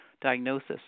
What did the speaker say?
diagnosis